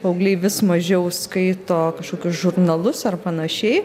paaugliai vis mažiau skaito kažkokius žurnalus ar panašiai